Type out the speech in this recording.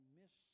miss